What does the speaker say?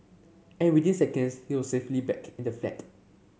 and within seconds she was safely back in the flat